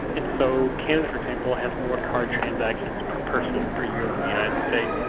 and so canada for example has more card transactions per person per year than the united states.